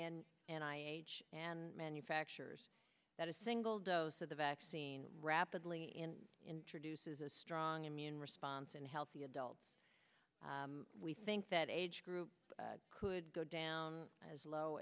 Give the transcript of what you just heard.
end and i h and manufacturers that a single dose of the vaccine rapidly and introduces a strong immune response and healthy adults we think that age group could go down as low